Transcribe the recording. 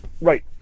Right